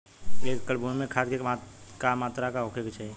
एक एकड़ भूमि में खाद के का मात्रा का होखे के चाही?